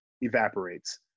evaporates